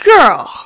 Girl